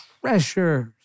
treasures